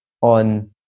on